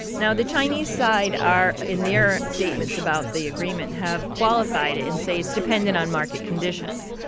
now, the chinese side are in their statements about the agreement, have qualified it and say it's dependent on market conditions.